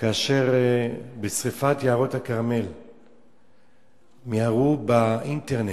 כאשר בשרפת יערות הכרמל מיהרו, באינטרנט,